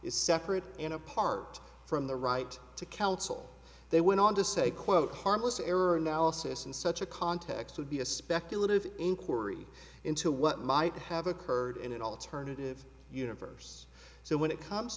is separate and apart from the right to counsel they went on to say quote harmless error analysis in such a context would be a speculative inquiry into what might have occurred in an alternative universe so when it comes